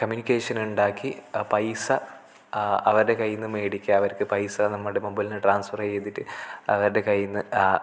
communication ഉണ്ടാക്കി ആ പൈസ ആ അവരെ കൈയ്യിൽ നിന്നു മേടിക്കുക അവർക്ക് പൈസ നമ്മുടെ മൊബൈൽ നിന്ന് ട്രാൻസ്ഫർ ചെയ്തിട്ട് അവരുടെ കൈയ്യിൽ നിന്ന് ആ